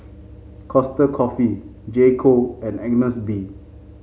Costa Coffee J Co and Agnes B